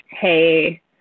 hey